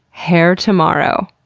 hair tomorrow.